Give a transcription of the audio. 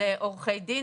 לעורכי דין.